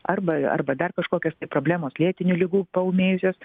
arba arba dar kažkokios tai problemos lėtinių ligų paūmėjusios